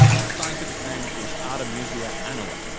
its scientific name is artemisia annua.